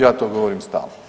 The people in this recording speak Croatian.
Ja to govorim stalno.